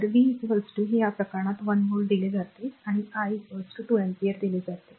तर V हे या प्रकरणात 1 व्होल्ट दिले जाते आणि I r 2 अँपिअर दिले जाते